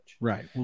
Right